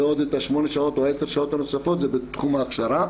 ועוד את השמונה שעות או העשר שעות הנוספות זה בתחום ההכשרה.